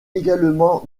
également